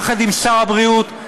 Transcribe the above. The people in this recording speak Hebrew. יחד עם שר הבריאות,